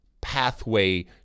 pathway